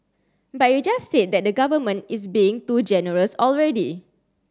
but you just said that the government is being too generous already